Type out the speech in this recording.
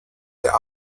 der